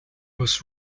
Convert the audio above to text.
was